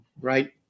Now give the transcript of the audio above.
right